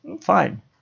Fine